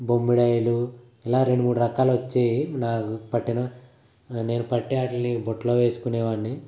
బొమ్మిడాయిలు ఇలా రెండు మూడు రకాలు వచ్చేవి నాకు పట్టిన నేను పట్టే వాటిని బుట్టలో వేసుకునే వాడిని